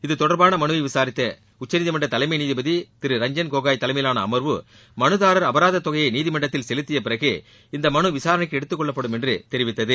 இத்தொடர்பான மனுவை விசாரித்த உச்சநீதிமன்ற தலைமை நீதிபதி ரஞ்சன் கோகோய் தலைமையிலாள அமர்வு மனுதாரர் அபராத தொகையை நீதிமன்றத்தில் செலுத்திய பிறகே இந்த மனு விசாரணைக்கு எடுத்துக் கொள்ளப்படும் என்று தெரிவித்துள்ளது